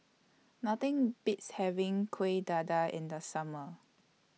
Nothing Beats having Kuih Dadar in The Summer